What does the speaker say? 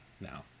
now